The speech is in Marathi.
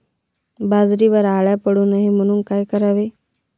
बाजरीवर अळ्या पडू नये म्हणून काय करावे?